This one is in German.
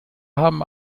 haben